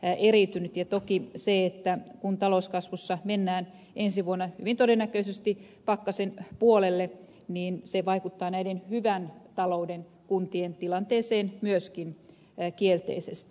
toki se että kun talouskasvussa mennään ensi vuonna hyvin todennäköisesti pakkasen puolelle se vaikuttaa näiden hyvän talouden kuntien tilanteeseen myöskin kielteisesti